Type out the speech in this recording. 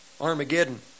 Armageddon